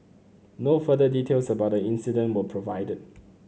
no further details about the incident were provided